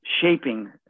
shaping